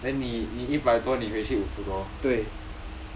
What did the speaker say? then 你你一百多你回去五十多